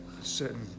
certain